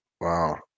Wow